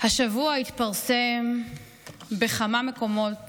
השבוע התפרסמה בכמה מקומות